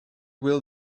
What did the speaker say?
will